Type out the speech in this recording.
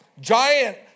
giant